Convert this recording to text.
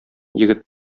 егет